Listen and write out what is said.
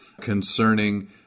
concerning